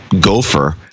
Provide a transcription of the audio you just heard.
gopher